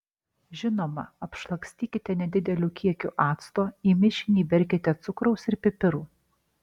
žinoma apšlakstykite nedideliu kiekiu acto į mišinį įberkite cukraus ir pipirų